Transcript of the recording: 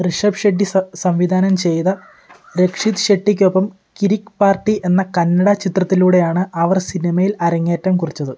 റിഷബ് ഷെഡ്ഡി സ സംവിധാനം ചെയ്ത രക്ഷിത് ഷെട്ടിയ്ക്കൊപ്പം കിരിക് പാർട്ടി എന്ന കന്നഡ ചിത്രത്തിലൂടെയാണ് അവർ സിനിമയിൽ അരങ്ങേറ്റം കുറിച്ചത്